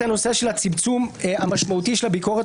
את הנושא של הצמצום המשמעותי של הביקורת